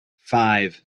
five